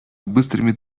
быстрыми